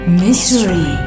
mystery